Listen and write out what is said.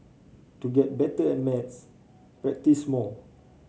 to get better at maths practise more